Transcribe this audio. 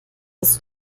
dass